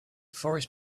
forest